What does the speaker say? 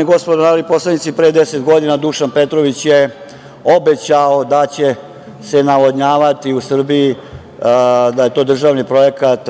i gospodo narodni poslanici, pre deset godina, Dušan Petrović je obećao da će se navodnjavati u Srbiji, da je to državni projekat